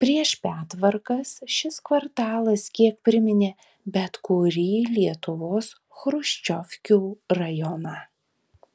prieš pertvarkas šis kvartalas kiek priminė bet kurį lietuvos chruščiovkių rajoną